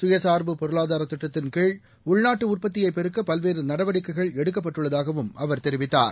சுயசார்பு பொருளாதார திட்டத்தின்கீழ் உள்நாட்டு உற்பத்தியைப் பெருக்க பல்வேறு நடவடிக்கைகள் எடுக்கப்பட்டுள்ளதாகவும் அவர் தெரிவித்தார்